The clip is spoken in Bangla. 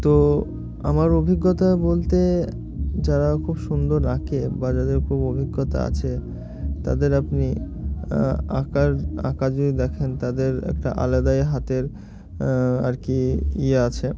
তো আমার অভিজ্ঞতা বলতে যারা খুব সুন্দর আঁকে বা যাদের খুব অভিজ্ঞতা আছে তাদের আপনি আঁকার আঁকা যদি দেখেন তাদের একটা আলাদাই হাতের আর কি ইয়ে আছে